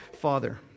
Father